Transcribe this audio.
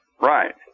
Right